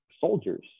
soldiers